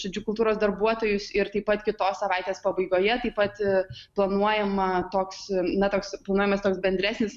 žodžiu kultūros darbuotojus ir taip pat kitos savaitės pabaigoje taip pat planuojama toks na toks planuojamas toks bendresnis